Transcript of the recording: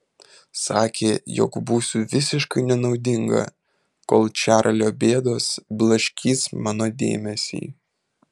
sakė jog būsiu visiškai nenaudinga kol čarlio bėdos blaškys mano dėmesį